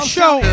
Show